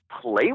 play